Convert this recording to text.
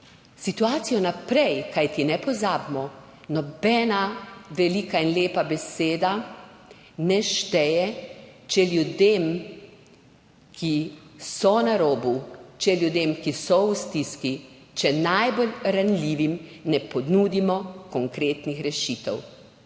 situacijo naprej. Kajti ne pozabimo, nobena velika in lepa beseda ne šteje, če ljudem, ki so na robu, če ljudem, ki so v stiski, če najbolj ranljivim ne ponudimo konkretnih rešitev.